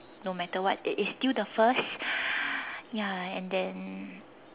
no matter what it is still the first ya and then